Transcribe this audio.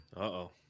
Uh-oh